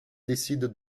décide